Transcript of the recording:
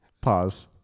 Pause